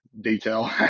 detail